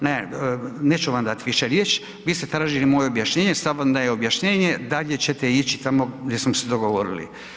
Ne, neću vam dati više riječ, vi ste tražili moje objašnjenje, sad vam dajem objašnjenje, dalje ćete ići tamo gdje smo se dogovorili.